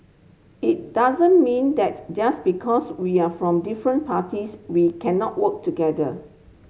it doesn't mean that just because we're from different parties we cannot work together